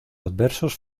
adversos